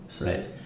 right